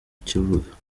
kibuga